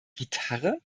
gitarre